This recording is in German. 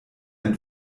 ein